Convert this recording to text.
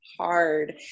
hard